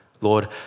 Lord